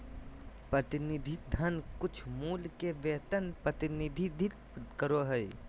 प्रतिनिधि धन कुछमूल्य के वेतन प्रतिनिधित्व करो हइ